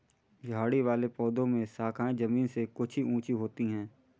झाड़ी वाले पौधों में शाखाएँ जमीन से कुछ ही ऊँची होती है